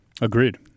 Agreed